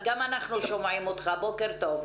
בוקר טוב.